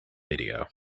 video